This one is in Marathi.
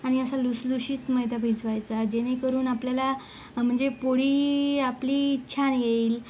आणि असं लुसलुशीत मैदा भिजवायचा जेणेकरून आपल्याला म्हणजे पोळी आपली छान येईल